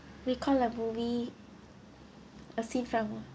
recall a movie a scene from